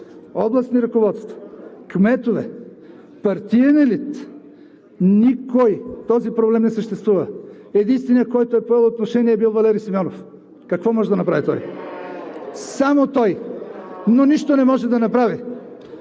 Областни ръководства, кметове, партиен елит – никой! Този проблем не съществува. Единственият, който е поел отношение, е бил Валери Симеонов. (Шум, реплики.) Какво може да направи той? Само той, но нищо не може да направи.